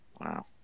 Wow